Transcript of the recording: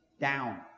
down